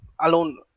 alone